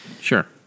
sure